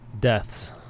deaths